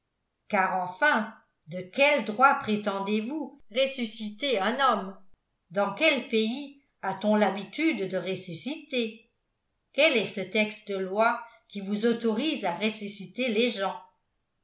car enfin de quel droit prétendez-vous ressusciter un homme dans quel pays at on l'habitude de ressusciter quel est ce texte de loi qui vous autorise à ressusciter les gens